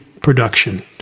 production